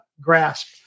grasp